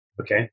Okay